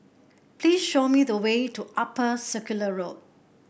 please show me the way to Upper Circular Road